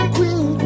Queen